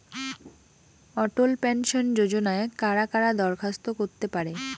অটল pension যোজনায় কারা কারা দরখাস্ত করতে পারে?